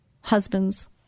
husbands